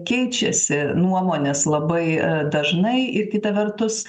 keičiasi nuomonės labai dažnai ir kita vertus